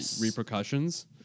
repercussions